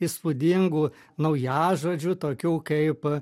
įspūdingų naujažodžių tokių kaip